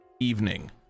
evening